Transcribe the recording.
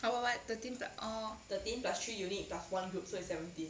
!huh! what what thirteen plus orh